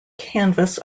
canvas